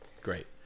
Great